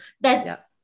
that-